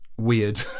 weird